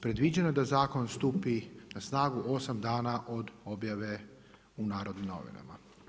Predviđeno je da zakon stupi na snagu 8 dana od objave u Narodnim novinama.